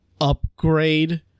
upgrade